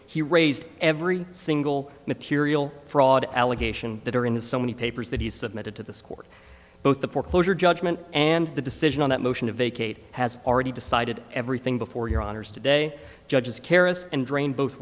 he raised every single material fraud allegation that are in so many papers that he submitted to the score both the foreclosure judgment and the decision on that motion to vacate has already decided everything before your honor's today judges keris and drain both